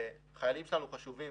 וכי החיילים שלנו חשובים